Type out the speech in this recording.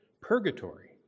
Purgatory